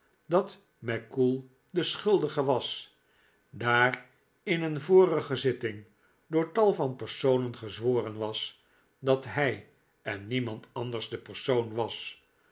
dat mackoull de schuldige was daar ineenvorige zitting door tal van personen gezworen was dat hy en niemand anders de persoon was